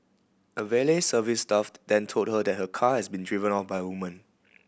a valet service staffed then told her that her car has been driven off by woman